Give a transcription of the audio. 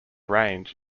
range